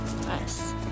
Nice